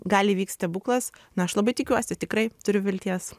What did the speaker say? gali įvykt stebuklas na aš labai tikiuosi tikrai turiu vilties